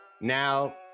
Now